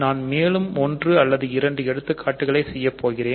நான் மேலும் ஓன்று அல்லது இரண்டு எடுத்துக்காட்டுகளை செய்யப்போகிறேன்